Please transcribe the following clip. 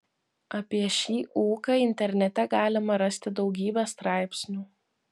apie šį ūką internete galima rasti daugybę straipsnių